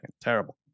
Terrible